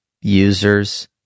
users